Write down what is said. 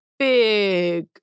Big